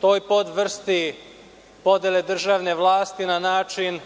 toj podrvrsti podele državne vlasti na način